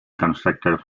constructed